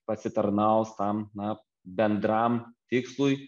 pasitarnaus tam na bendram tikslui